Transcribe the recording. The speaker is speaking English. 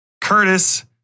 Curtis